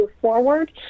forward